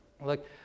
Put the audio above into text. look